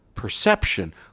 perception